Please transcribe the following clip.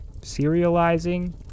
serializing